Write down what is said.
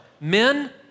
men